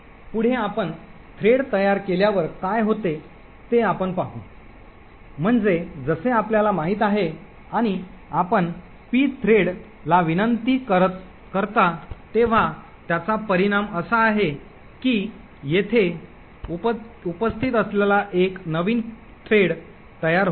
पुढे आपण थ्रेड तयार केल्यावर काय होते ते आपण पाहू म्हणजे जसे आपल्याला माहित आहे आणि आपण pthread create ला विनंती करता तेव्हा त्याचा परिणाम असा आहे की येथे उपस्थित असलेला एक नवीन थ्रेड तयार होईल